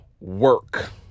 work